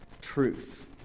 truth